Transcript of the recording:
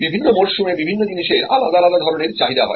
বিভিন্ন মরশুমে বিভিন্ন জিনিসেরআলাদা আলাদা ধরনের চাহিদা হয়